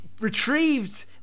retrieved